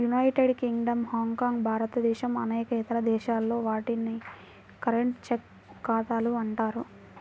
United Kingdom, Hong Kong, భారతదేశం అనేక ఇతర దేశాల్లో, వాటిని కరెంట్, చెక్ ఖాతాలు అంటారు